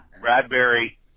bradbury